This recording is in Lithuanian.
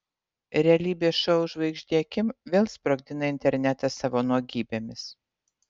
realybės šou žvaigždė kim vėl sprogdina internetą savo nuogybėmis